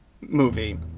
movie